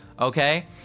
Okay